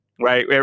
Right